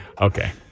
okay